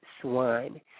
swine